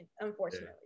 Unfortunately